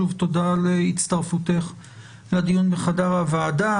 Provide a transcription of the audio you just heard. שוב תודה על הצטרפותך לדיון בחדר הוועדה.